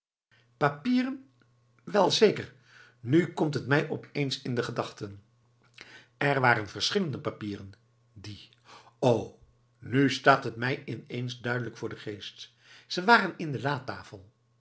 papieren wel zeker nu komt het mij op eens in de gedachten er waren verschillende papieren die o nu staat het mij in eens duidelijk voor den geest ze waren in de latafel